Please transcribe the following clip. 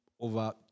over